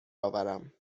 آورم